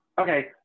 okay